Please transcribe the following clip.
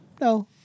no